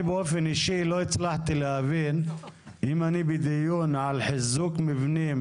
אני באופן אישי לא הצלחתי להבין אם אני בדיון על חיזוק מבנים,